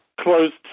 closed